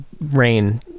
rain